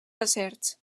deserts